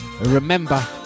Remember